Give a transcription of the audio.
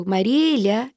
Marília